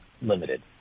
limited